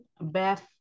Beth